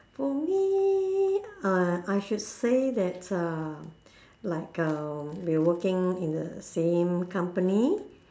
for me uh I should say that uh like uh we working in the same company